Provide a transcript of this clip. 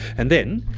and then,